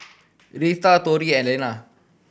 Reatha Torrie and Elna